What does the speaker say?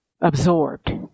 Absorbed